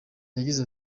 yagize